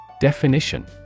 Definition